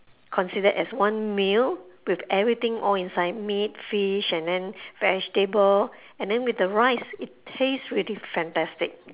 considered as one meal with everything all inside meat fish and then vegetable and then with the rice it taste really fantastic